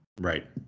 Right